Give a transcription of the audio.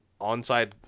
onside